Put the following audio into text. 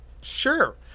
Sure